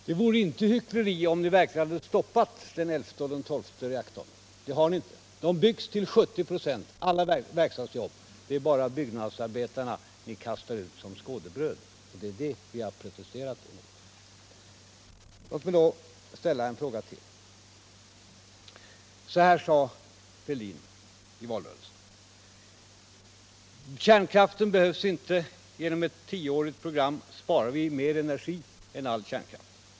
Herr talman! Det vore inte hyckleri om ni verkligen hade stoppat den elfte och den tolfte reaktorn. Det har ni inte gjort. De byggs till 70 96, dvs. allt verkstadsjobb fortsätter. Det är bara byggnadsarbetarna som ni kastar fram som skådebröd. Det är det vi protesterar emot. Låt mig ställa en fråga. Så här sade Thorbjörn Fälldin i valrörelsen: Kärnkraften behövs inte. Genom ett tioårigt program sparar vi mer energi än all kärnkraft.